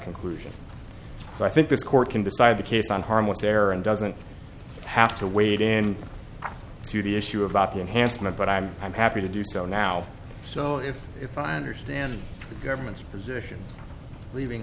conclusion so i think this court can decide the case on harmless error and doesn't have to wait in to the issue about the enhanced my but i'm i'm happy to do so now so if if i understand the government's position leaving